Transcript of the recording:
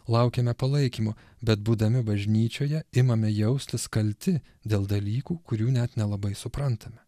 laukiame palaikymo bet būdami bažnyčioje imame jaustis kalti dėl dalykų kurių net nelabai suprantame